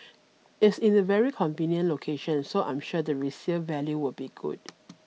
it's in a very convenient location so I'm sure the resale value will be good